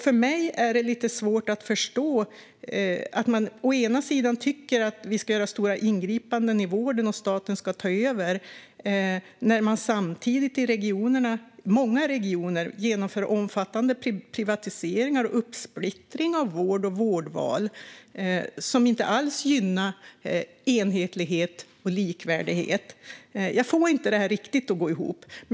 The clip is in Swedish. För mig är det lite svårt att förstå att man å ena sidan tycker att vi ska göra stora ingripanden i vården och att staten ska ta över när man samtidigt i många regioner genomför omfattande privatiseringar och uppsplittringar av vård och vårdval som inte alls gynnar enhetlighet och likvärdighet. Jag får det inte riktigt att gå ihop.